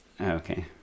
Okay